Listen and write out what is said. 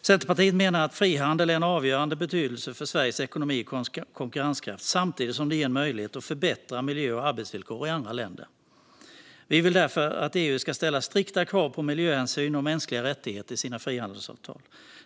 Centerpartiet menar att frihandeln är av avgörande betydelse för Sveriges ekonomi och konkurrenskraft, samtidigt som den ger en möjlighet att förbättra miljö och arbetsvillkor i andra länder. Vi vill därför att EU ska ställa strikta krav på miljöhänsyn och mänskliga rättigheter i sina frihandelsavtal.